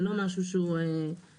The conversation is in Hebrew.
זה לא משהו שהוא סודי.